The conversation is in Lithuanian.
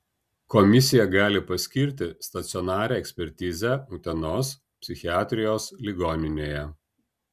komisija gali paskirti stacionarią ekspertizę utenos psichiatrijos ligoninėje